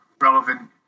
relevant